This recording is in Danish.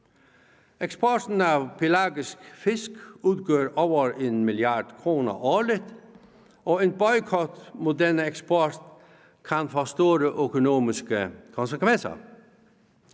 Eksporten af pelagisk fisk udgør over 1 mia. kr. årligt, og en boykot af denne eksport kan få store økonomiske konsekvenser.